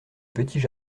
petits